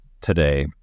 today